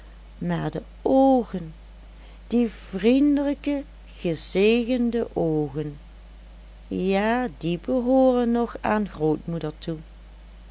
maar de oogen die vriendelijke gezegende oogen ja die behooren nog aan grootmoeder toe